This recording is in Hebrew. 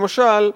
למשל,